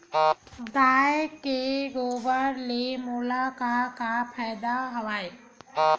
गाय के गोबर ले मोला का का फ़ायदा हवय?